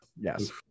Yes